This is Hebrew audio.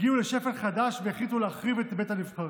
הגיעו לשפל חדש והחליטו להחריב את בית הנבחרים.